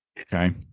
Okay